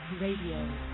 Radio